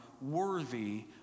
worthy